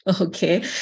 okay